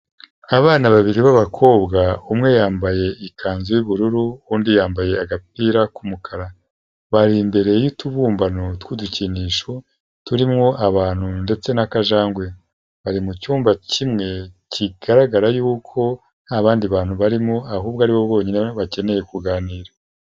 Abana babiri b'abakobwa umwe yambaye ikanzu y'ubururu, undi yambaye agapira k'umukara, bari imbere y'utubumbano tw'udukinisho, turimo abantu ndetse n'akajangwe, bari mucyumba kimwe kigaragara yuko nta bandi bantu barimo, ahubwo aribo bonyine bakeneye kuganira.